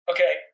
Okay